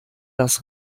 das